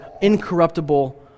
incorruptible